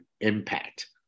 impact